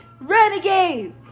Renegade